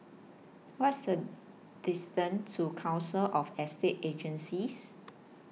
What IS The distance to Council of Estate Agencies